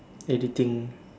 editing